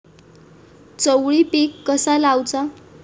चवळी पीक कसा लावचा?